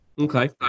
Okay